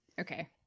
Okay